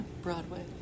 broadway